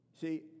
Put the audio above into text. See